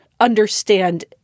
understand